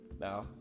Now